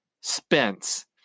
Spence